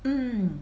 mm